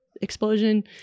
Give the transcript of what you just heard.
explosion